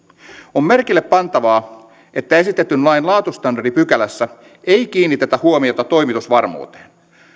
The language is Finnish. on merkille pantavaa että esitetyn lain laatustandardipykälässä ei kiinnitetä huomiota toimitusvarmuuteen